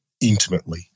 intimately